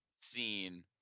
scene